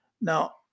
Now